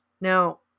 now